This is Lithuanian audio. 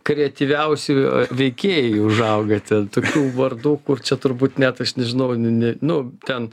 kreatyviausi veikėjai užaugote tokių vardų kur čia turbūt net aš nežinau ne nu ten